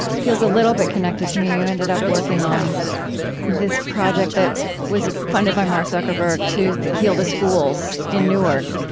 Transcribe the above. feels a little bit connected, to me you ended up working on this project that was funded by mark zuckerberg to heal the schools in newark.